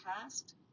past